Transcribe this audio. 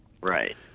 Right